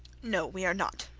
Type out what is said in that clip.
no, we are not